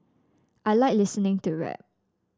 I like listening to rap